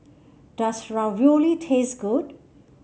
does Ravioli taste good